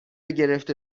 گرفته